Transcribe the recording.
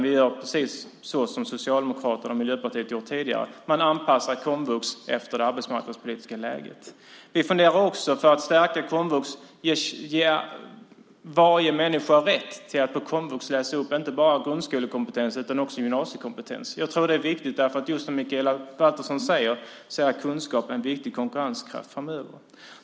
Vi gör precis så som Socialdemokraterna och Miljöpartiet har gjort tidigare. Man anpassar komvux efter det arbetsmarknadspolitiska läget. För att stärka komvux funderar vi på att ge varje människa rätt att på komvux läsa upp inte bara grundskolekompetens utan också gymnasiekompetens. Jag tror att det är viktigt eftersom kunskap, precis som Mikaela Valtersson säger, är en viktig konkurrenskraft framöver.